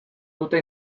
dute